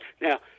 Now